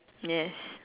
yes